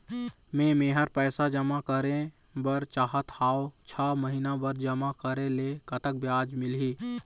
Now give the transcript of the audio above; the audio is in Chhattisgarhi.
मे मेहर पैसा जमा करें बर चाहत हाव, छह महिना बर जमा करे ले कतक ब्याज मिलही?